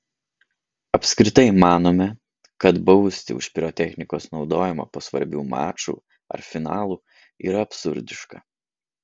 apskritai manome kad bausti už pirotechnikos naudojimą po svarbių mačų ar finalų yra absurdiška